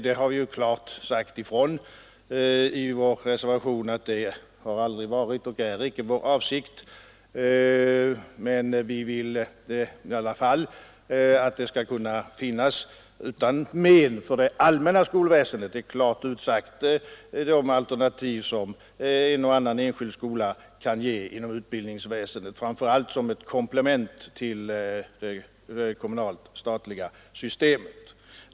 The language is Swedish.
Vi har i vår reservation klart sagt ifrån att det aldrig varit och icke är vår avsikt. Men vi vill i alla fall att det utan men för det allmänna skolväsendet — det är klart utsagt — skall kunna finnas sådana alternativ som en och annan enskild skola kan ge inom det allmänna utbildningsväsendets ram, framför allt som ett komplement till det kommunalt-statliga systemet.